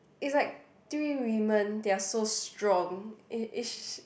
it's like three women they are so strong it it's